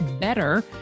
BETTER